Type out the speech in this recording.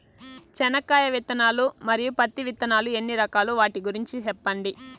చెనక్కాయ విత్తనాలు, మరియు పత్తి విత్తనాలు ఎన్ని రకాలు వాటి గురించి సెప్పండి?